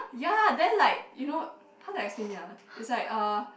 ya then like you know how to explain it ah is like uh